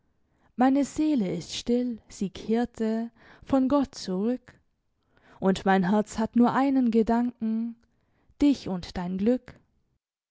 meine seele ist still sie kehrte von gott zurück und mein herz hat nur einen gedanken dich und dein glück